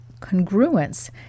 Congruence